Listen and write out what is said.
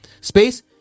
space